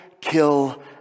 kill